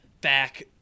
back